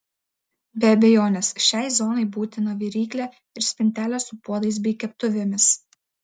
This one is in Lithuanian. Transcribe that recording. be abejonės šiai zonai būtina viryklė ir spintelė su puodais bei keptuvėmis